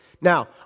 Now